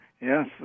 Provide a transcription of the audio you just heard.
Yes